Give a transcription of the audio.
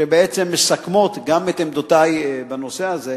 שבעצם מסכמת גם את עמדותי בנושא הזה,